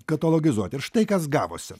katalogizuoti ir štai kas gavosi